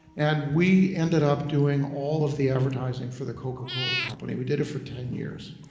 and we ended up doing all of the advertising for the coca-cola company. we did it for ten years.